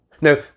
Now